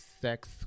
sex